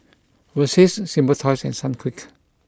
Versace Simply Toys and Sunquick